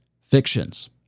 fictions